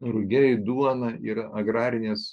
rugiai duona yra agrarinės